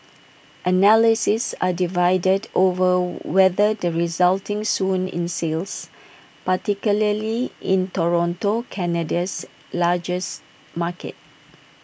analysis are divided over whether the resulting swoon in sales particularly in Toronto Canada's largest market